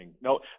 No